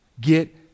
Get